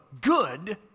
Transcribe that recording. good